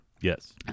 Yes